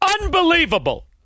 Unbelievable